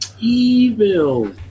Evil